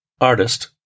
artist